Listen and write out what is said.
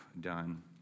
done